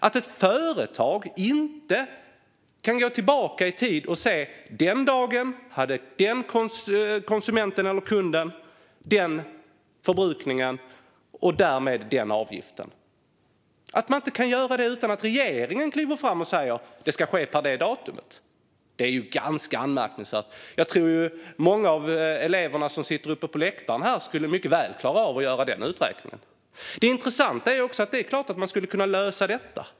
Men ett företag kan inte gå tillbaka i tiden och se att en viss dag hade en viss kund en viss förbrukning och därmed en viss avgift. Att man inte kan göra det utan att regeringen ska kliva fram och säga att det ska ske per ett visst datum är ganska anmärkningsvärt. Jag tror att många av de elever som nu sitter på läktaren här mycket väl skulle klara av att göra den uträkningen. Det intressanta är också att det är klart att man skulle kunna lösa detta.